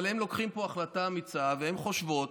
אבל הן לוקחות פה החלטה אמיצה והן חושבות,